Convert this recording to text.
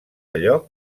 allò